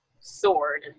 sword